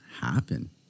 happen